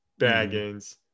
Baggins